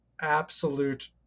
absolute